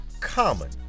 common